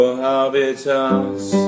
habitats